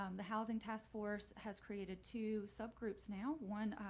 um the housing task force has created two subgroups. now one